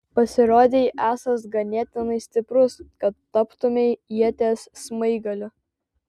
pasirodei esąs ganėtinai stiprus kad taptumei ieties smaigaliu